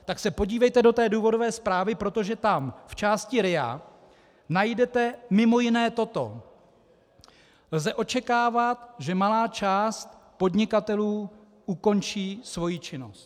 Tak se podívejte do té důvodové zprávy, protože tam v části RIA najdete mimo jiné toto: Lze očekávat, že malá část podnikatelů ukončí svoji činnost.